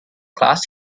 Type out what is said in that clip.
class